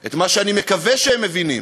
את מה שאני מקווה שהם מבינים,